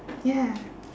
ya